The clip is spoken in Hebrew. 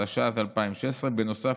התשע"ז 2016. בנוסף,